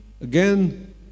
again